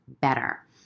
better